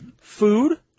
Food